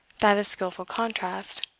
that of skilful contrast.